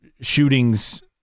shootings